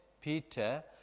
Peter